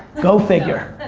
go figure.